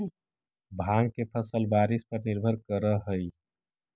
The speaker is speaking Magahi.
भाँग के फसल बारिश पर निर्भर करऽ हइ